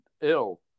ill